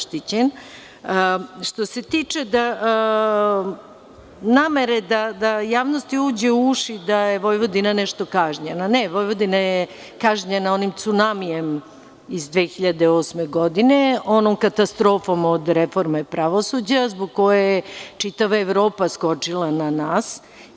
Što se tiče namere da javnosti uđe u uši da je Vojvodina nešto kažnjena, ne, Vojvodina je kažnjena onim cunamijem iz 2008. godine, onom katastrofom od reforme pravosuđa, zbog čega je čitava Evropa skočila na nas.